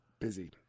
busy